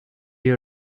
you